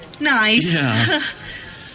nice